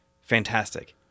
fantastic